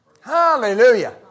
Hallelujah